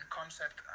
concept